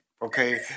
Okay